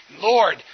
Lord